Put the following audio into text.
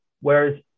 Whereas